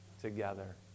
together